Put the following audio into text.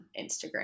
Instagram